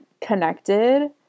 connected